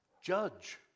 Judge